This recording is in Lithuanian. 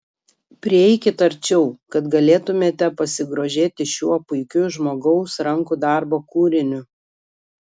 prieikit arčiau kad galėtumėte pasigrožėti šiuo puikiu žmogaus rankų darbo kūriniu